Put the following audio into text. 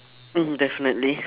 oo definitely